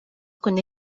con